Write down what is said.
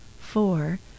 four